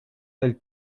del